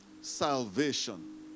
salvation